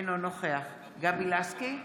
אינו נוכח גבי לסקי,